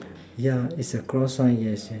yeah is a claw sign yes yes